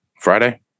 friday